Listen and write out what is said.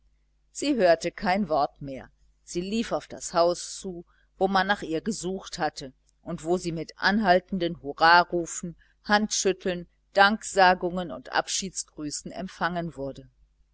sie hörte kein wort mehr sie lief auf das haus zu wo man nach ihr gesucht hatte und wo sie mit anhaltenden hurrarufen handschütteln danksagungen und abschiedsgrüßen empfangen wurde